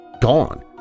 gone